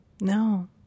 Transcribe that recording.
no